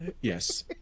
Yes